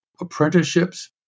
apprenticeships